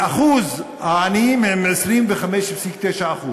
שיעור העניים הוא 25.9%,